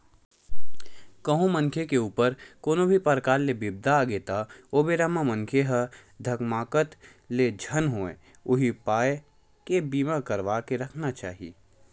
कहूँ मनखे के ऊपर कोनो भी परकार ले बिपदा आगे त ओ बेरा म मनखे ह धकमाकत ले झन होवय उही पाय के बीमा करवा के रखना चाही